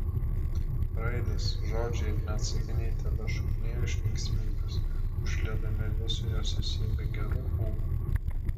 raidės žodžiai ir net sakiniai tebešokinėjo iš linksmybės užliedami visą jos esybę geru ūpu